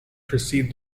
precede